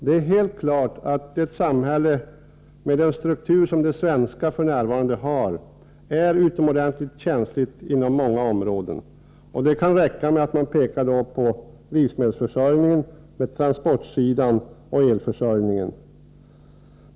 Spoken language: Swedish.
Det är helt klart att ett samhälle med den struktur som det svenska samhället f.n. har är utomordentligt känsligt på många områden. Det kan räcka med att visa på livsmedelsförsörjningen, transportväsendet och elförsörjningen.